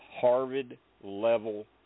Harvard-level